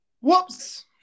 Whoops